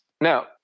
Now